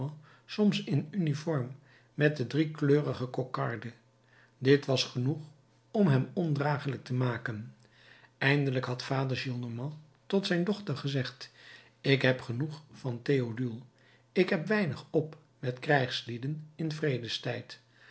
soms in uniform met de driekleurige kokarde dit was genoeg om hem ondragelijk te maken eindelijk had vader gillenormand tot zijn dochter gezegd ik heb genoeg van theodule ik heb weinig op met krijgslieden in